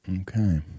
Okay